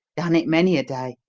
done it many a day.